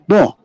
Bom